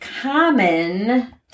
common